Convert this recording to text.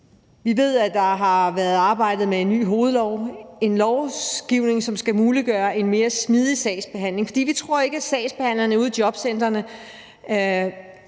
Vi ved, at der har været arbejdet med en ny hovedlov, en lovgivning, som skal muliggøre en mere smidig sagsbehandling. For vi tror ikke, at sagsbehandlerne ude i jobcentrene